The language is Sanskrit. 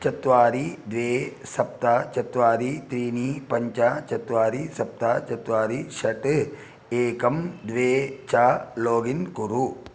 चत्वारि द्वे सप्त चत्वारि त्रीणि पञ्च चत्वारि सप्त चत्वारि षट् एकं द्वे च लोगिन् कुरु